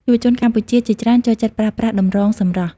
យុវជនកម្ពុជាជាច្រើនចូលចិត្តប្រើប្រាស់តម្រងសម្រស់។